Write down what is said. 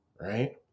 right